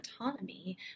autonomy